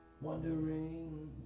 Wondering